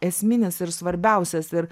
esminis ir svarbiausias ir